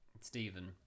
Stephen